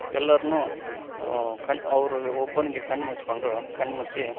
ಎಲ್ಲರನ್ನು ಕಂಡು ಅವ್ರು ಒಬ್ಬನಿಗೆ ಕಣ್ಣು ಮುಚ್ಕೊಂಡು ಕಣ್ಣು ಮುಚ್ಚಿ